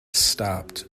stopped